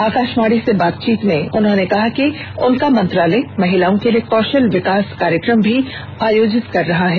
आकाशवाणी से बातचीत करते हुए उन्होंने कहा कि उनका मंत्रालय महिलाओं के लिए कौशल विकास कार्यक्रम भी आयोजित कर रहा है